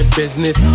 business